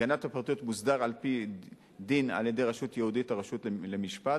הגנת הפרטיות מוסדרת על-פי דין על-ידי רשות ייעודית או הרשות למשפט,